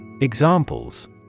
Examples